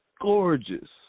gorgeous